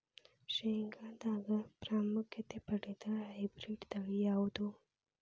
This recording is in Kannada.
ಶೇಂಗಾದಾಗ ಪ್ರಾಮುಖ್ಯತೆ ಪಡೆದ ಹೈಬ್ರಿಡ್ ತಳಿ ಯಾವುದು?